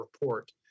report